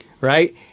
Right